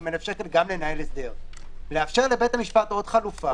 משרד המשפטים וישלח הודעה על כך ליחיד ולנושים שפרטי זהותם ידועים לו."